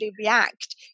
react